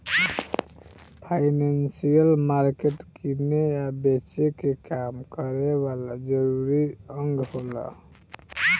financial market किने आ बेचे के काम करे वाला जरूरी अंग होला